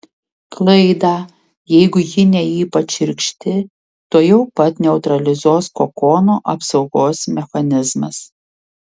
klaidą jeigu ji ne ypač šiurkšti tuojau pat neutralizuos kokono apsaugos mechanizmas